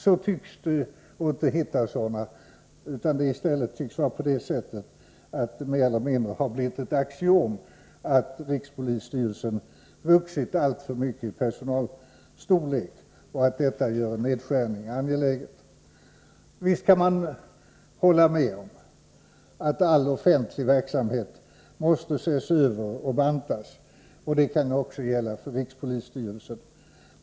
Några sådana motiv hittar man inte, utan det:tycks i stället vara på det sättet att-.det mer eller mindre har blivit ett axiom att rikspolisstyrelsen vuxit alltför mycket i personalstorlek och att detta gör en nedskärning angelägen. Wisst.kan ran hålla med om attall offentlig verksamhet måste ses över och bantas. Det kan också gälla för rikspolisstyrelsen.